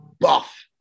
buff